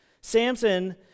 Samson